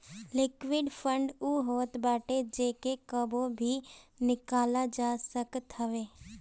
liquid fund उ होत बाटे जेके कबो भी निकालल जा सकत हवे